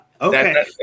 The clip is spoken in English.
Okay